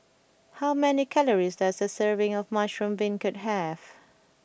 how many calories does a serving of Mushroom Beancurd have